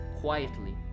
quietly